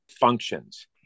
functions